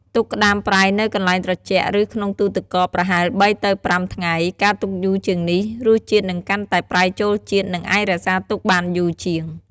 ទុកក្ដាមប្រៃនៅ កន្លែងត្រជាក់ ឬក្នុងទូទឹកកក ប្រហែល ៣ ទៅ ៥ ថ្ងៃ ការទុកយូរជាងនេះ រសជាតិនឹងកាន់តែប្រៃចូលជាតិ និងអាចរក្សាទុកបានយូរជាង។